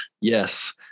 yes